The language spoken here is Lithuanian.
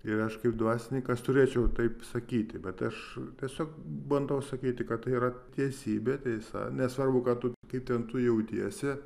ir aš kaip dvasininkas turėčiau taip sakyti bet aš tiesiog bandau sakyti kad tai yra teisybė tiesa nesvarbu ką tu kaip ten tu jautiesi